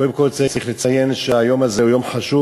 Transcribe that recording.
קודם כול צריך לציין שהיום הזה הוא יום חשוב